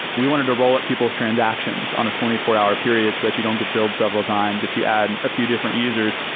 we wanted to roll up people's transactions on a twenty four hour periods so that you don't get billed several times if you add a few different users.